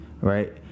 right